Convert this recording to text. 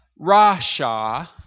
Rasha